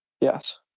Yes